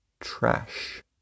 trash